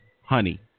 honey